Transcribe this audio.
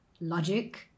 logic